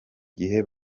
gihe